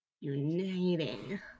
Uniting